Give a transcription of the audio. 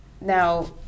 Now